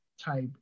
type